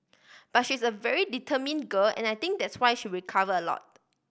but she is a very determine girl and I think that's why she recover a lot